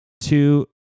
Two